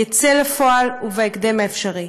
יצא לפועל, ובהקדם האפשרי.